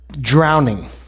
drowning